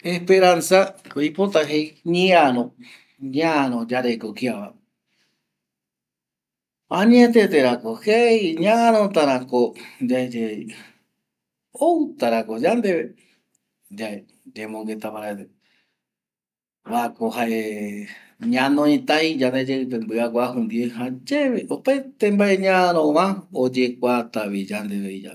Esperanzako oipota jei ñearo ñaro yareko kiava añeteterako jei ñarotarako yaeyevi outarako yandeve yae yembongueta paraete kuako jae ñanoitai yande yeɨpe mbɨaguaju ndie jayae opaete mbae ñarova oyekuatavi yandeve